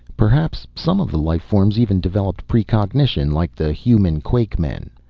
perhaps some of the life forms even developed precognition like the human quakemen.